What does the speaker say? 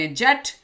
jet